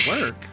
Work